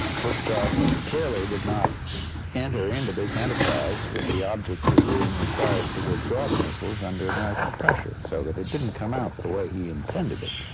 khrushchev clearly did not enter into this enterprise with the object of being required to withdraw the missiles under american pressure. so that it didn't come out the way he intended it.